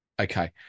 Okay